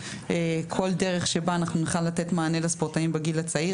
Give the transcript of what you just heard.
כל דרך שבה אנחנו נוכל לתת מענה לספורטאים בגיל הצעיר,